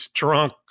drunk